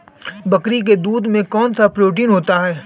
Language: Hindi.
बकरी के दूध में कौनसा प्रोटीन होता है?